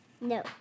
no